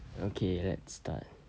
okay let's start